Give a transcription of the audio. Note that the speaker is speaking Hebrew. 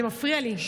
זה מפריע לי,